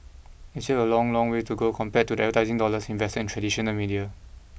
and still a long long way to go compared to the advertising dollars invested in traditional media